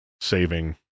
saving